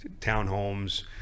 townhomes